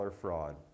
fraud